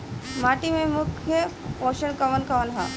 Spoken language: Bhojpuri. माटी में मुख्य पोषक कवन कवन ह?